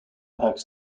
packs